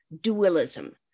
dualism